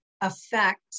affect